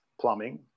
plumbing